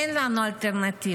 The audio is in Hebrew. אין לנו אלטרנטיבה.